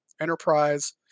Enterprise